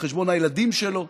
על חשבון הילדים שלו,